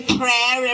prayer